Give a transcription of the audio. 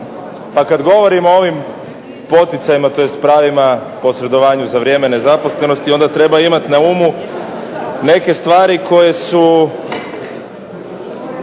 Pa kad govorimo o ovim poticajima tj. pravima posredovanja za vrijeme nezaposlenosti onda treba imati na umu neke stvari koje su